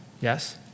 Yes